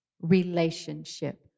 relationship